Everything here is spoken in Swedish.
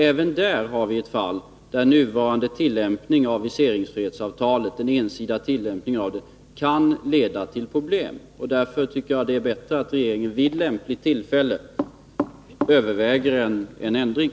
Även där har vi ett fall där den nuvarande ensidiga tillämpningen av viseringsfrihetsavtalet kan leda till problem. Därför tycker jag det är bättre att regeringen vid lämpligt tillfälle överväger en ändring.